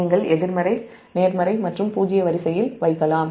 நீங்கள் நேர்மறை எதிர்மறை மற்றும் பூஜ்ஜிய வரிசையில் வைக்கலாம்